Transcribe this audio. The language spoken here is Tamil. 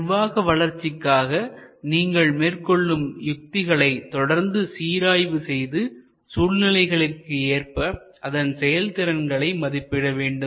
நிர்வாக வளர்ச்சிக்காக நீங்கள் மேற்கொள்ளும் யுக்திகளை தொடர்ந்து சீராய்வு செய்து சூழ்நிலைகளுக்கு ஏற்ப அதன் செயல் திறன்களை மதிப்பிட வேண்டும்